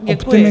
Děkuji.